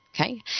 okay